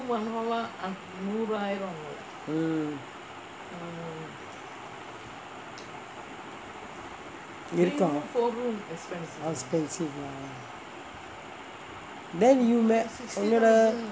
mm இருக்கும்:irukkum expensive lah then you உன்னோடே:unnodae